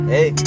Hey